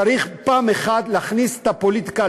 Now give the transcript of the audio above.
צריך פעם אחת להכניס את הפוליטיקה,